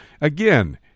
Again